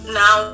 now